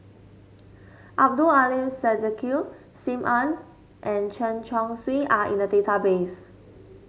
Abdul Aleem Siddique Sim Ann and Chen Chong Swee are in the database